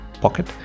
pocket